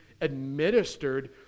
administered